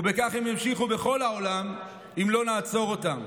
ובכך הם ימשיכו בכל העולם אם לא נעצור אותם.